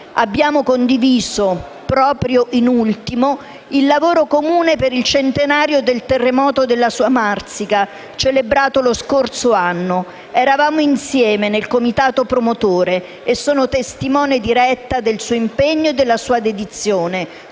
Abbiamo condiviso proprio in ultimo il lavoro comune per il centenario della sua Marsica, celebrato lo scorso anno. Eravamo insieme nel comitato promotore e sono testimone diretta del suo impegno e della sua dedizione